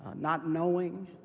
not knowing,